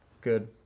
good